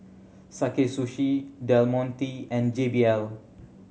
Sakae Sushi Del Monte and J B L